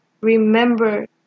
Remember